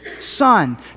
son